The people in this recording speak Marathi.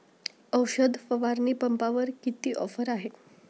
औषध फवारणी पंपावर किती ऑफर आहे?